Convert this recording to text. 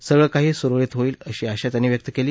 सगळ काही सुरळीत होईल अशी आशा त्यांनी व्यक्त केली